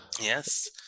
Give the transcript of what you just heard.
Yes